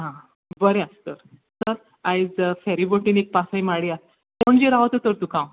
आ बरे आसा तर आयज फेरीबोटीन एक पासय मारया पणजे रावता तर तुका हांव